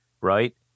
right